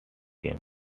game